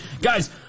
Guys